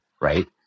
right